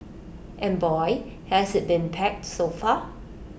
and boy has IT been packed so far